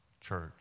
church